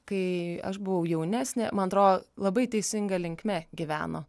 kai aš buvau jaunesnė man atrodo labai teisinga linkme gyveno